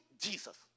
Jesus